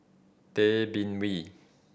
Tay Bin Wee